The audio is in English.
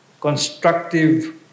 constructive